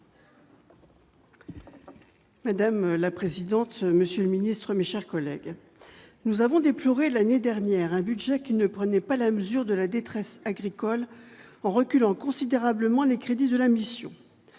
Madame la présidente, monsieur le ministre, mes chers collègues, nous avons déploré l'année dernière, un budget qui ne prenait pas la mesure de la détresse agricole en reculant considérablement les crédits de la mission